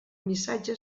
missatge